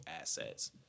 assets